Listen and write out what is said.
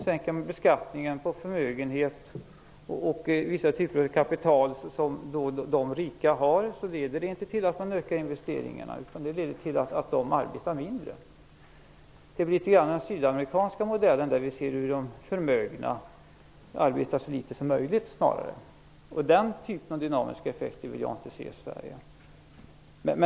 Sänker man skatten på förmögenhet och de rikas kapital leder det inte till att investeringarna ökar, utan till att de rika arbetar mindre. Det blir litet grand som i den sydamerikanska modellen, där vi ser hur de förmögna snarare arbetar så litet som möjligt. Den typen av dynamiska effekter vill jag inte se i Sverige.